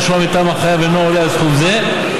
השומה מטעם החייב אינו עולה על סכום זה,